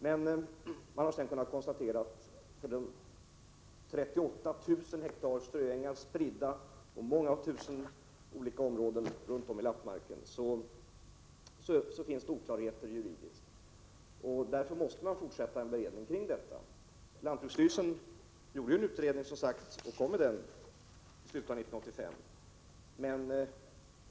Men man har senare kunnat konstatera att det för de 38 000 ha ströängar som är spridda på många tusen olika områden runt om i lappmarken finns oklarheter juridiskt sett. Därför måste man fortsätta att bereda frågan. Lantbruksstyrelsen redovisade, som sagt, en utredning i slutet av år 1985.